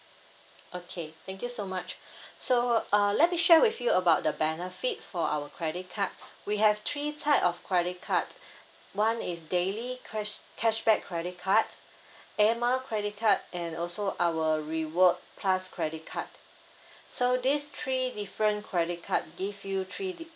okay thank you so much so uh let me share with you about the benefit for our credit card we have three type of credit card one is daily cash~ cashback credit card air mile credit card and also our reward plus credit card so these three different credit card give you three di~